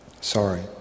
Sorry